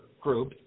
group